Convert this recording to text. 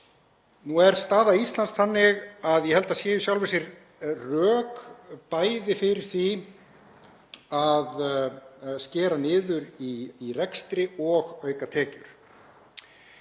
Nú er staða Íslands þannig að ég held að það séu í sjálfu sér rök bæði fyrir því að skera niður í rekstri og auka tekjur.